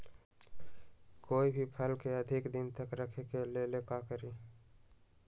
कोई भी फल के अधिक दिन तक रखे के ले ल का करी?